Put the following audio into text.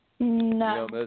No